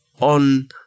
on